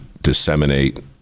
disseminate